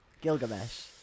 Gilgamesh